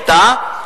היתה,